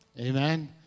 Amen